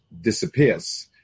disappears